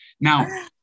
Now